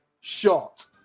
shot